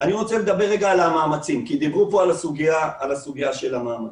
אני רוצה לדבר לרגע על המאמצים כי דיברו פה על הסוגיה של המאמצים.